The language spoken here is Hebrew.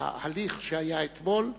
ההליך שהיה אתמול,